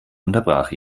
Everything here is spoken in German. unterbrach